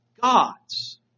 God's